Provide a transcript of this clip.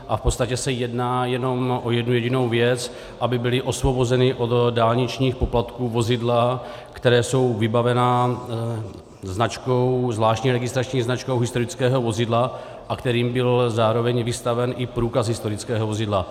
V podstatě se jedná jenom o jednu jedinou věc, aby byla osvobozena od dálničních poplatků vozidla, která jsou vybavena zvláštní registrační značkou historického vozidla a kterým byl zároveň vystaven i průkaz historického vozidla.